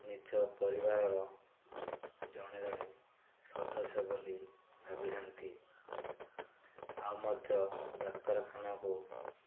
ନିଜ ପରିବାରର ଜଣେ ଜଣେ ସଦସ୍ୟ ବୋଲି ଭାବିଥାନ୍ତି ଆଉ ମଧ୍ୟ ଡ଼ାକ୍ତରଖାନାକୁ